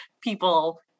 people